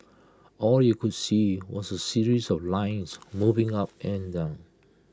all you could see was A series of lines moving up and down